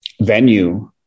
venue